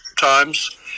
times